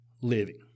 living